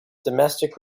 domestic